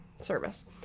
service